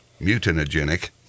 mutagenic